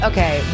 Okay